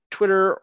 Twitter